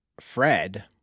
Fred